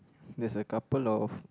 there's a couple of